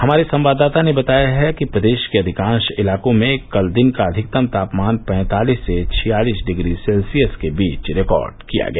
हमारे संवाददाता ने बताया है कि प्रदेश के अधिकांश इलाकों में कल दिन का अधिकतम तापमान तैंतालिस से छियालिस डिग्री के बीच रिकार्ड किया गया